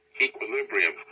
equilibrium